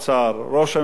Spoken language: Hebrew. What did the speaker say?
ראש הממשלה,